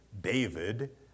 David